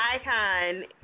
Icon